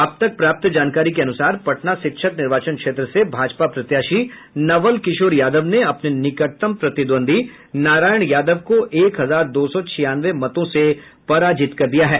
अब तक प्राप्त जानकारी के अनुसार पटना शिक्षक निर्वाचन क्षेत्र से भाजपा प्रत्याशी नवल किशोर यादव ने अपने निकटतम प्रतिद्वंद्वी नारायण यादव को एक हजार दो सौ छियानवे मतों से पराजित कर दिया है